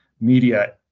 media